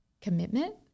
commitment